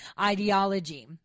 ideology